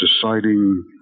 deciding